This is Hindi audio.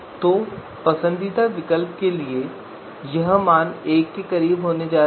तो पसंदीदा विकल्प के लिए यह मान 1 के करीब होने जा रहा है